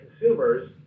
consumers